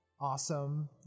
awesome